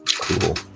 Cool